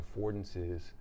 affordances